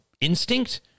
instinct